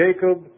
Jacob